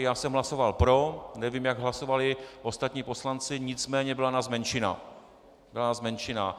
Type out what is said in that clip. Já jsem hlasoval pro, nevím, jak hlasovali ostatní poslanci, nicméně byla nás menšina.